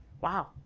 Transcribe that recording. wow